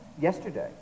yesterday